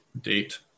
date